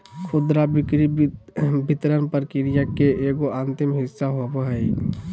खुदरा बिक्री वितरण प्रक्रिया के एगो अंतिम हिस्सा होबो हइ